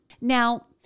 Now